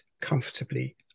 comfortably